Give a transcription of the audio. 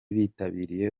bitabiriye